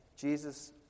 Jesus